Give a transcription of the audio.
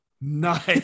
Nice